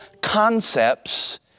concepts